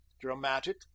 dramatic